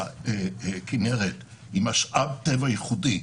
הכינרת היא משאב טבע ייחודי.